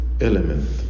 element